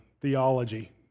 theology